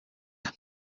most